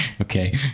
Okay